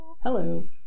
Hello